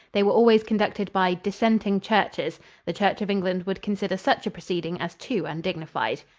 they were always conducted by dissenting churches the church of england would consider such a proceeding as too undignified.